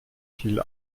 viel